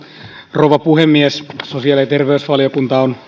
rouva puhemies sosiaali ja terveysvaliokunta on